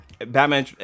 Batman